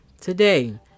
today